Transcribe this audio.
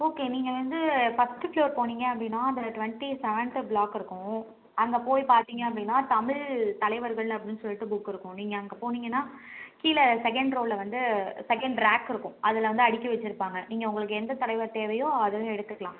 okay நீங்கள் வந்து first floor போனீங்க அப்படின்னா அதில் டுவென்டி செவன்த்து ப்ளாக் இருக்கும் அங்கே போய் பார்த்தீங்க அப்படின்னா தமிழ் தலைவர்கள் அப்படின்னு சொல்லிட்டு புக் இருக்கும் நீங்கள் அங்கே போனீங்கன்னால் கீழே செகண்ட் ரோவில வந்து செகண்ட் ரேக் இருக்கும் அதில் வந்து அடுக்கி வெச்சுருப்பாங்க நீங்கள் உங்களுக்கு எந்த தலைவர் தேவையோ அதிலே எடுத்துக்கலாம்